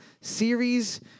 series